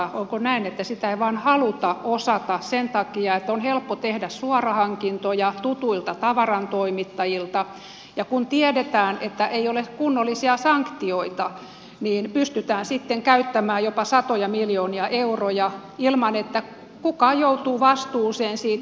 onko näin että sitä ei vain haluta osata sen takia että on helppo tehdä suorahankintoja tutuilta tavarantoimittajilta ja kun tiedetään että ei ole kunnollisia sanktioita pystytään käyttämään jopa satoja miljoonia euroja ilman että kukaan joutuu vastuuseen siitä